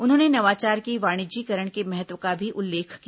उन्होंने नवाचार के वाणिज्यीकरण के महत्व का भी उल्लेख किया